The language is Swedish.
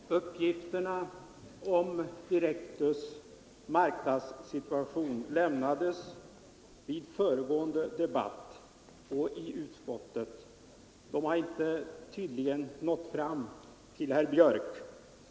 Herr talman! Uppgifterna om Direktus” marknadssituation lämnades vid den föregående debatten i detta ärende och har även lämnats i utskottet, men detta har tydligen inte nått fram till herr Björck.